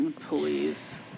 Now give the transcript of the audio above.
Please